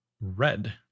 red